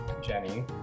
Jenny